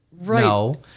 No